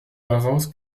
daraus